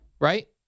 right